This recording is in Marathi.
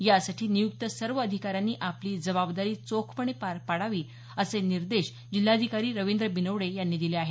यासाठी नियुक्त सर्व अधिकाऱ्यांनी आपली जबाबदारी चोखपणे पार पाडावी असे निर्देश जिल्हाधिकारी रवींद्र बिनवडे यांनी दिले आहेत